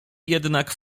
jednak